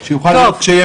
אנחנו בוחנים את זה כרגע,